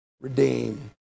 redeem